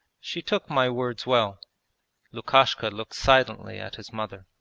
she took my words well lukashka looked silently at his mother.